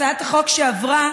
הצעת החוק שעברה,